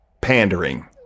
pandering